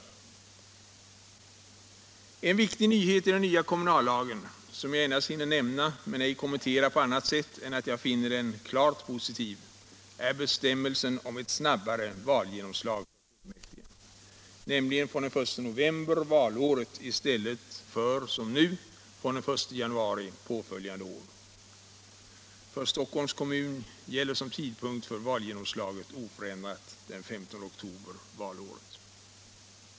En viktig nyhet i den nya kommunallagen, som jag endast hinner nämna och kommentera med att jag finner den klart positiv, är bestämmelsen om ett snabbare valgenomslag för fullmäktige, nämligen från den 1 november valåret i stället för som nu från den 1 januari påföljande år. För Stockholms kommun gäller som tidpunkt för valgenomslaget oförändrat den 15 oktober valåret.